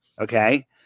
Okay